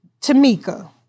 Tamika